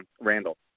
Randall